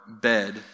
bed